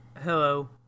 hello